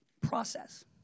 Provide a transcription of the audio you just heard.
process